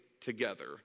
together